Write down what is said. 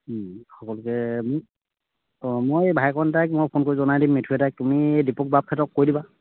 সকলোকে মোক অঁ মই ভাইকণ আতাক মই ফোন কৰি জনাই দিম মিঠু আতাক তুমি দীপক বাপহঁতক কৈ দিবা